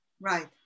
Right